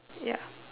ya